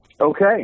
Okay